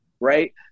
right